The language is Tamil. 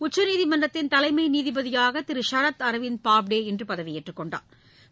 உச்சநீதிமன்றத்தின் தலைமை நீதிபதியாக திரு ஷரத் அரவிந்த் பாப்டே இன்று பதவியேற்றுக் கொண்டாா்